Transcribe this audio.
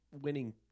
Winning